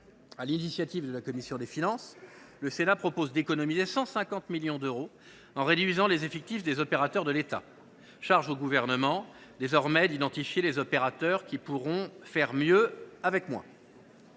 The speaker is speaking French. l’initiative de la commission des finances, le Sénat propose d’économiser 150 millions d’euros en réduisant les effectifs des opérateurs de l’État. Charge désormais au Gouvernement d’identifier les opérateurs qui pourront faire mieux avec moins.